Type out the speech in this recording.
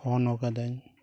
phone ᱟᱠᱟᱫᱟᱹᱧ